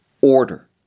order